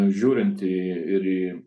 žiūrint į ir į